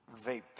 vape